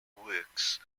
works